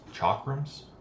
Chakrams